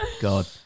God